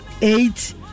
Eight